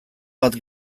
bat